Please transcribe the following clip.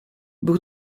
był